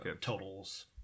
totals